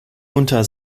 unter